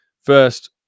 first